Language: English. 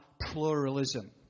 pluralism